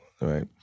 right